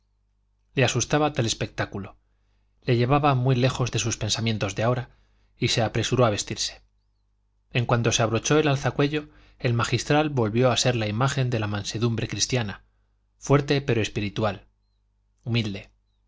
le asustaba tal espectáculo le llevaba muy lejos de sus pensamientos de ahora y se apresuró a vestirse en cuanto se abrochó el alzacuello el magistral volvió a ser la imagen de la mansedumbre cristiana fuerte pero espiritual humilde